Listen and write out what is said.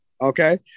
Okay